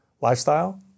lifestyle